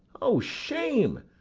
o shame!